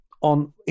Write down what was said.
on